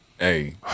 Hey